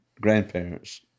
grandparents